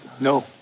No